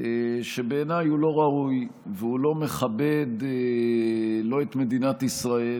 שבעיניי הוא לא ראוי והוא לא מכבד לא את מדינת ישראל